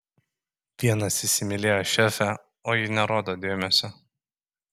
vienas įsimylėjo šefę o ji nerodo dėmesio